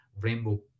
Rainbow